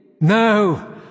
No